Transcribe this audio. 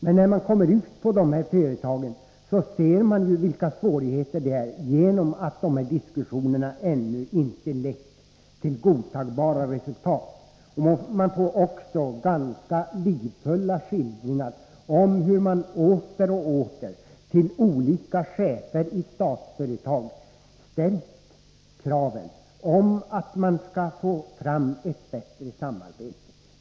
Men när man kommer ut på dessa företag ser man vilka svårigheter de har på grund av att de här diskussionerna ännu inte lett till godtagbara resultat. Man får också ganska livfulla skildringar av hur man på företagen åter och åter, till olika chefer i Statsföretag, ställt krav på att man skall få fram ett bättre samarbete.